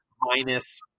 minus